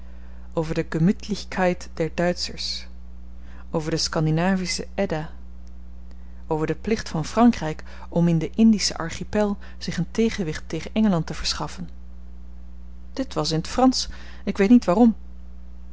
over de gemüthlichkeit der duitschers over de skandinavische edda over den plicht van frankryk om in den indischen archipel zich een tegenwicht tegen engeland te verschaffen dit was in t fransch ik weet niet waarom